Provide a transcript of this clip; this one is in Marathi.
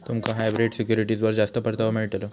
तुमका हायब्रिड सिक्युरिटीजवर जास्त परतावो मिळतलो